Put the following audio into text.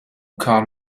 come